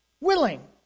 Willing